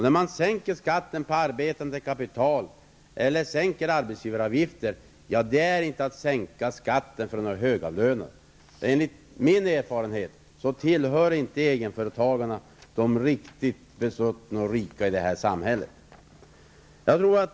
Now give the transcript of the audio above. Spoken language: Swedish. När man sänker skatten på arbetande kapital eller sänker arbetsgivaravgiften, då är det inte ett sätt att sänka skatten för högavlönade. Enligt min erfarenhet tillhör inte egenföretagarna de riktigt besuttna och rika i samhället.